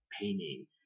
painting